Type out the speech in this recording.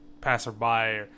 passerby